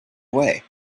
away